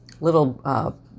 little